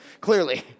clearly